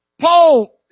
Paul